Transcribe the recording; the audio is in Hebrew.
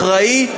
אחראי,